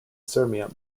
sirmium